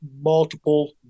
multiple